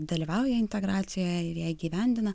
dalyvauja integracijoje ir ją įgyvendina